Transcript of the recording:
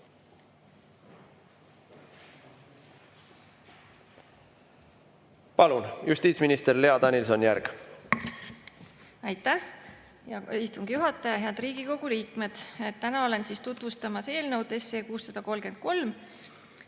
Palun, justiitsminister Lea Danilson-Järg! Aitäh, hea istungi juhataja! Head Riigikogu liikmed! Täna olen tutvustamas eelnõu 633,